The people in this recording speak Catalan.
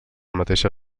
mateixa